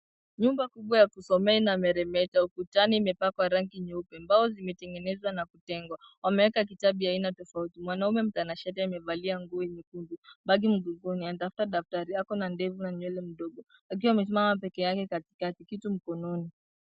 Nyumba kubwa ya kusomea inameremeta, ukutani imepakwa rangi ya nyeupe. Mbao zimetengenezwa na kutengwa, wameweka kitabu ya aina tofauti. Mwanaume mtanashati amevalia nguo nyekundu, begi ya mgongoni, anatafuta daftari, akona ndevu na nywele mdogo. Akiwa amesimama peke yake katikati, kitu mkononi.